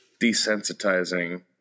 desensitizing